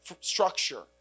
structure